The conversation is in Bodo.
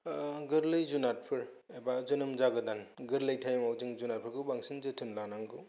गोर्लै जुनारफोर एबा जोनोम जागोदान गोर्लै तायेमाव जों जुनारफोरखौ बांसिन जोथोन लानांगौ